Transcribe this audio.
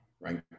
right